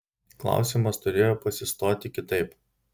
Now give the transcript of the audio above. klausimas turėjo pasistoti kitaip